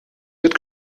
wird